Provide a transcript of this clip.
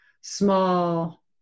small